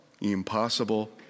impossible